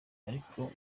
ariko